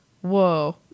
whoa